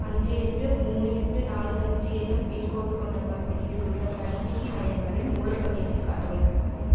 அஞ்சு எட்டு மூணு எட்டு நாலு அஞ்சு என்னும் பின்கோடு கொண்ட பகுதியில் உள்ள தடுப்பூசி மையங்களின் முழுப் பட்டியலையும் காட்டவும்